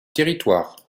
territoire